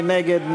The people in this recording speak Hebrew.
מי נגד?